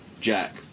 Jack